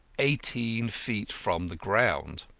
eighteen feet from the ground.